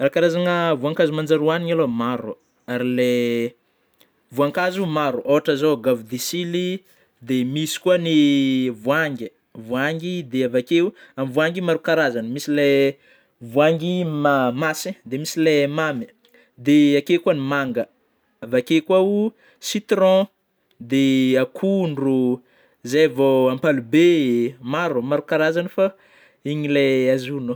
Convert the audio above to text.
Raha karazana voankazo manjary ohanina alôha maro oh, ary le voankazo maro ôhatry zao goavy disily, de misy koa ny vôahangy, voahangy dia avy akeo amin'ny voahangy misy maro karazana ,misy le vôahangy ma-masina dia misy ilay mamy, dia akeo koa ny manga, dia avy akeo koa citron, de akondro, zay vao ampalibe, maro maro karazagny fa igny ilay azognao